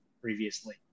previously